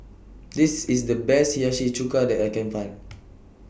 This IS The Best Hiyashi Chuka that I Can Find